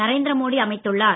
நரேந்திரமோடி அமைத்துள்ளார்